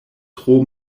tro